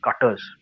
cutters